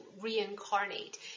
reincarnate